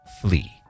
flee